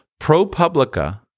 ProPublica